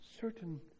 certain